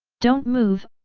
don't move,